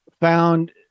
found